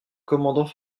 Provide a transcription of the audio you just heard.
commandant